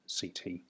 CT